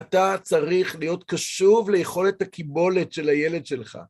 אתה צריך להיות קשוב ליכולת הקיבולת של הילד שלך.